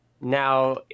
now